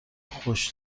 خوش